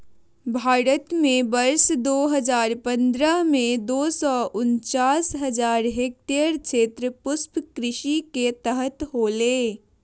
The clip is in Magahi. भारत में वर्ष दो हजार पंद्रह में, दो सौ उनचास हजार हेक्टयेर क्षेत्र पुष्पकृषि के तहत होले